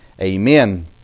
Amen